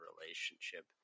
relationship